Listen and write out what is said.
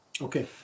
Okay